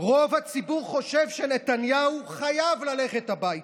רוב הציבור חושב שנתניהו חייב ללכת הביתה,